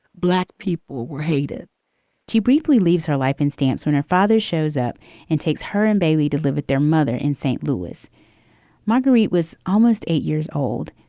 black people were hated too briefly leaves her life in stamps when her father shows up and takes her, and bailey delivered their mother in st. lewis marguerite was almost eight years old,